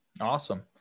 Awesome